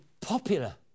popular